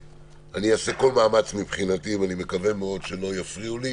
אעשה כל מאמץ מבחינתי ואני מקווה מאוד שלא יפריעו לי